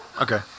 Okay